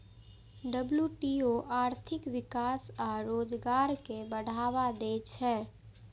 WTO आर्थिक विकास आ रोजगार कें बढ़ावा दै छै